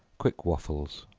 quick waffles.